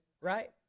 right